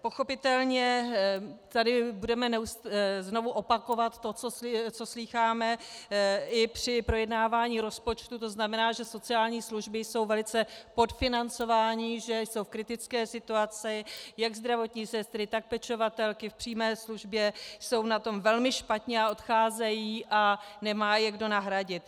Pochopitelně tady budeme znovu opakovat to, co slýcháme i při projednávání rozpočtu, tzn. že sociální služby jsou velice podfinancovány, že jsou v kritické situaci, jak zdravotní sestry, tak pečovatelky v přímé službě jsou na tom velmi špatně a odcházejí a nemá je kdo nahradit.